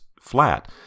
flat